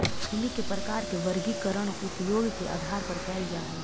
भूमि के प्रकार के वर्गीकरण उपयोग के आधार पर कैल जा हइ